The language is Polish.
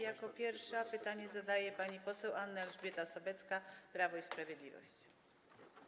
Jako pierwsza pytanie zadaje pani poseł Anna Elżbieta Sobecka, Prawo i Sprawiedliwość.